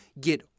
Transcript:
get